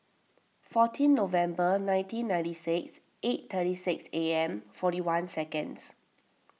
fourteen November nineteen ninety six eight thirty six A M forty one seconds